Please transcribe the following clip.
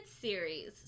series